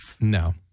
No